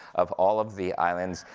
of all of the islands,